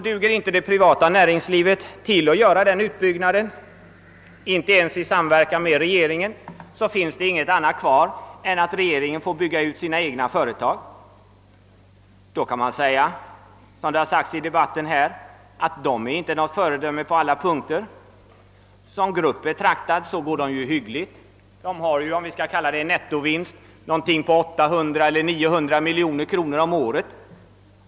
Duger inte det privata näringslivet till för att göra en sådan utbyggnad — inte ens i samarbete med regeringen — måste regeringen bygga ut sina egna företag. Det kan sägas, som framhållits i debatten, att de statliga företagen inte är något föredöme på alla punkter. Som grupp betraktad går de hyggligt — de har en nettovinst på 800—900 miljoner kronor om året.